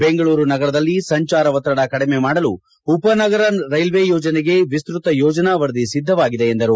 ಬೆಂಗಳೂರು ನಗರದಲ್ಲಿ ಸಂಚಾರ ಒತ್ತಡ ಕಡಿಮ ಮಾಡಲು ಉಪನಗರ ರೈಲ್ವೆ ಯೋಜನೆಗೆ ವಿಸ್ತೃತ ಯೋಜನಾ ವರದಿ ಸಿದ್ಧವಾಗಿದೆ ಎಂದರು